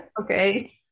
Okay